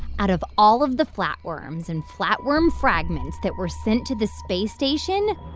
out of all of the flatworms and flatworm fragments that were sent to the space station,